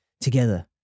together